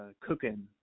cooking